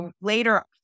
later